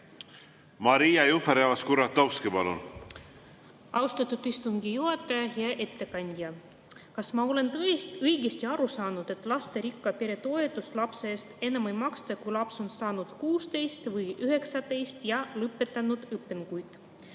või muudetakse midagi? Austatud istungi juhataja! Hea ettekandja! Kas ma olen õigesti aru saanud, et lasterikka pere toetust lapse eest enam ei maksta, kui laps on saanud 16 või 19 ja lõpetanud õpingud?